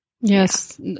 Yes